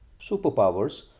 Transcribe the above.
superpowers